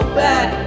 back